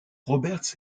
roberts